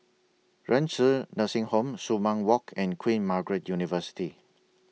Renci Nursing Home Sumang Walk and Queen Margaret University